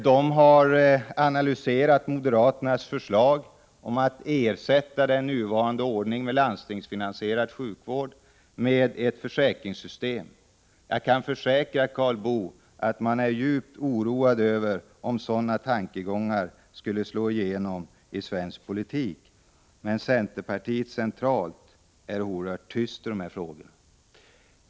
De har analyserat moderaternas förslag om att ersätta den nuvarande ordningen med landstingsfinansierad sjukvård med ett försäkringssystem. Jag kan försäkra Karl Boo att de är djupt oroade över att sådana tankegångar skulle kunna slå igenom i svensk politik. Centerpartiet centralt är emellertid oerhört tyst i dessa frågor.